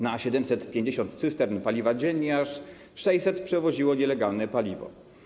Na 750 cystern paliwa dziennie aż 600 przewoziło nielegalne paliwo.